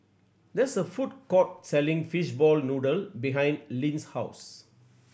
there's a food court selling fishball noodle behind Linn's house